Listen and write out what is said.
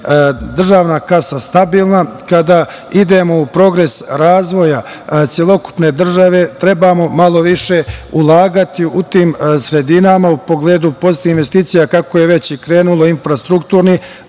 državna kasa stabilna, kada idemo u progres razvoja celokupne države trebamo malo više ulagati u tim sredinama u pogledu pozitivnih investicija, kako je već krenulo infrastrukturnih,